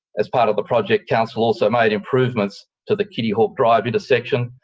as part of the project, council also made improvements to the kittyhawk drive intersection,